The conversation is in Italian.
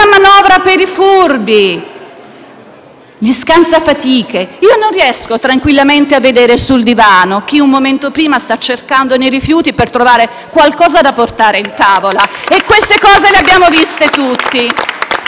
manovra per i furbi, per gli scansafatiche. Io non riesco tranquillamente a vedere sul divano chi un momento prima sta cercando tra i rifiuti per trovare qualcosa da portare in tavola e queste cose le abbiamo viste tutti.